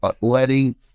letting